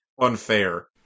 unfair